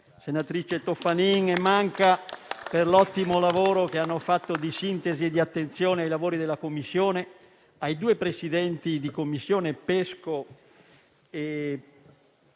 senatrice Toffanin e il senatore Manca, per l'ottimo lavoro che hanno svolto, di sintesi e di attenzione ai lavori della Commissione, i due Presidenti di Commissione, senatori Pesco